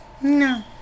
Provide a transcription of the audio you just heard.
No